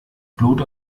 blut